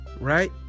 right